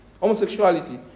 homosexuality